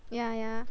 ya ya